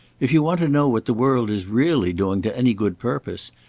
if you want to know what the world is really doing to any good purpose,